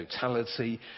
totality